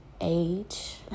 age